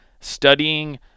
studying